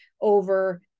over